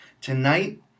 tonight